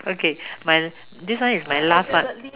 okay my this one is my last one